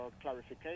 clarification